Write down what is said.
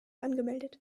angemeldet